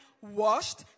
washed